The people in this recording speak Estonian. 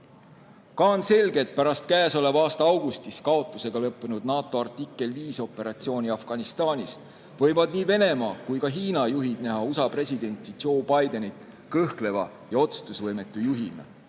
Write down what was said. on selge, et pärast käesoleva aasta augustis kaotusega lõppenud NATO artikkel 5 operatsiooni Afganistanis võivad nii Venemaa kui ka Hiina juhid näha USA presidenti Joe Bidenit kõhkleva ja otsustusvõimetu juhina.